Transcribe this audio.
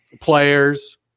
players